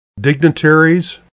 dignitaries